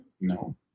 No